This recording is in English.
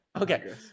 Okay